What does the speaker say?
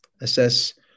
Assess